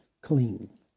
clean